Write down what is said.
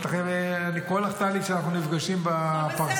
אני קורא לך טלי כשאנחנו נפגשים בפרסה.